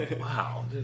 Wow